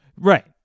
Right